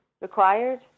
required